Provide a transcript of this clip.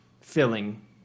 filling